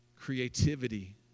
creativity